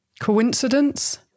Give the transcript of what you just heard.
Coincidence